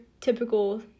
typical